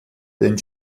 den